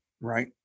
Right